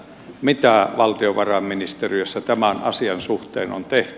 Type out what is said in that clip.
mitä valtiovarainministeriössä tämän asian suhteen on tehty